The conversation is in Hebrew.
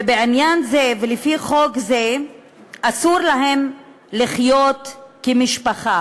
ובעניין זה ולפי חוק זה אסור להם לחיות כמשפחה,